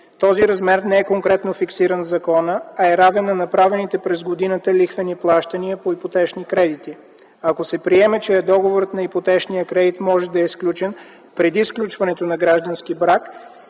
Този размер не е конкретно фискиран в закона, а е равен на направените през годината лихвени плащания по ипотечни кредити. Ако се приеме, че договорът на ипотечния кредит може да е сключен преди сключването на граждански брак,